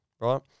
Right